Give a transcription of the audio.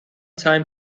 time